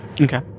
Okay